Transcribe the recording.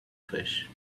fish